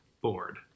board